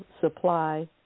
supply